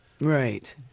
Right